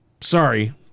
sorry